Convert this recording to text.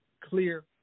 clear